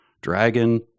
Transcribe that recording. dragon